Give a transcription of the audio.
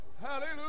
Hallelujah